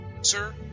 Sir